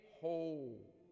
whole